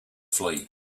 flee